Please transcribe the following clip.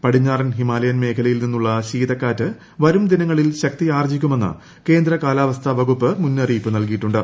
പടിഞ്ഞാറൻ ഹിമാലയൻ മേഖലയിൽ നിന്നുളള ശീതകാറ്റ് വരും ദിനങ്ങളിൽ ശക്തിയാർജ്ജിക്കുമെന്ന് കേന്ദ്ര കാലാവസ്ഥാ വകുപ്പ് മുന്നറിയിപ്പു നൽകിയിട്ടുണ്ട്